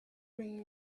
bring